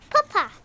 Papa